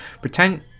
pretend